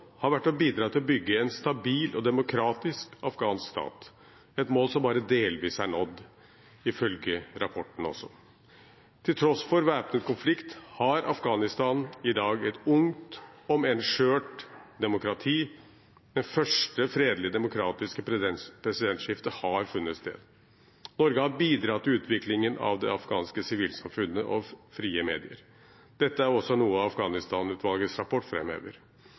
har vært å bidra til å bygge en stabil og demokratisk afghansk stat – et mål som bare delvis er nådd, ifølge rapporten. Til tross for væpnet konflikt har Afghanistan i dag et ungt, om enn skjørt, demokrati. Det første fredelige demokratiske presidentskiftet har funnet sted. Norge har bidratt til utviklingen av det afghanske sivilsamfunnet og frie medier. Dette er noe også Afghanistan-utvalgets rapport